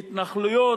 בהתנחלויות,